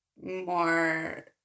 more